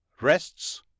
rests